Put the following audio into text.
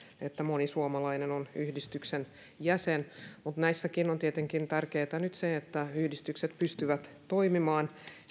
että moni suomalainen on yhdistyksen jäsen mutta näissäkin on tietenkin tärkeätä nyt se että yhdistykset pystyvät toimimaan